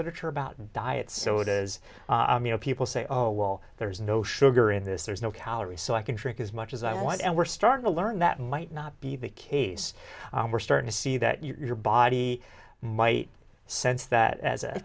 literature about diet sodas you know people say oh well there's no sugar in this there's no calories so i can trick as much as i want and we're starting to learn that might not be the case we're starting to see the your body might sense that as a